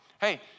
Hey